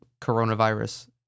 coronavirus